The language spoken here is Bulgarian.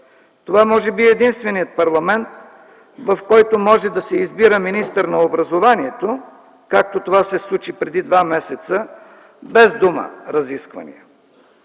Това може би е единственият парламент, в който може да се избира министър на образованието, както това се случи преди два месеца, без дума разисквания.